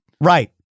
right